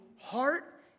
heart